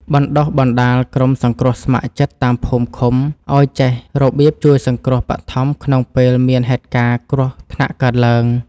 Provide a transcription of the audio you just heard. បណ្ដុះបណ្ដាលក្រុមសង្គ្រោះស្ម័គ្រចិត្តតាមភូមិឃុំឱ្យចេះរបៀបជួយសង្គ្រោះបឋមក្នុងពេលមានហេតុការណ៍គ្រោះថ្នាក់កើតឡើង។